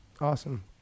Awesome